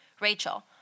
Rachel